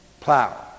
plow